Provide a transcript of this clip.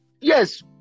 Yes